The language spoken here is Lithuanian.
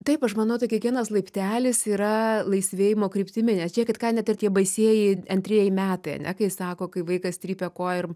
taip aš manau tai kiekvienas laiptelis yra laisvėjimo kryptimi nes žėkit ką net ir tie baisieji antrieji metai ane kai sako kai vaikas trypia kojom